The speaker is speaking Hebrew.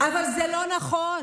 אבל זה לא נכון.